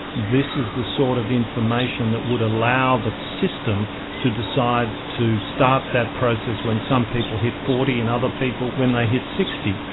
this is the sort of information that would allow the system to decide to start that process when some people hit forty and other people when they hit sixty.